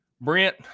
brent